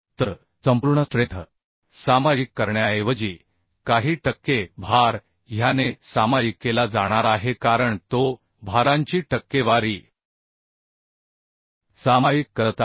तर संपूर्ण स्ट्रेंथ सामायिक करण्याऐवजी काही टक्के भार ह्याने सामायिक केला जाणार आहे कारण तो भारांची टक्केवारी सामायिक करत आहे